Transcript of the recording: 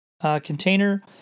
container